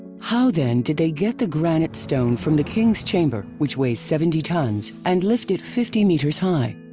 how then did they get the granite stone from the king's chamber which weighs seventy tons and lift it fifty meters high?